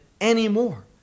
anymore